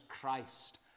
Christ